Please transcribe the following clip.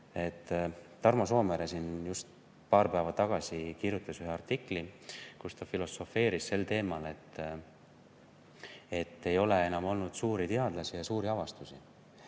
Tarmo Soomere just paar päeva tagasi kirjutas ühe artikli, kus ta filosofeeris sel teemal, et ei ole enam olnud suuri teadlasi ja suuri avastusi.